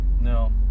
no